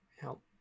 Help